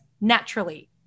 naturally